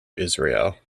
israel